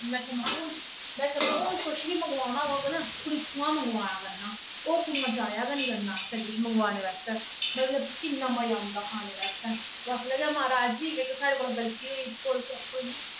में असें कुछ बी मंगवाना होग ना हून इत्थुआं दा गै मंगवाया करना ओर कुतै जाया गै नेईं करना मंगवाने आस्तै इन्ना मजा होंदा खाने दा इत्थेैओह् आक्खन लगे महाराज जी जेह्की साढ़े कोला गलती होई गेई भुल चुक होई गेई